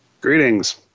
Greetings